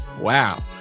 Wow